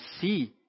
see